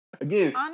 again